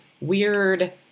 weird